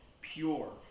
pure